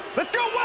let's go,